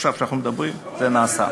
עכשיו כשאנחנו מדברים זה נעשה.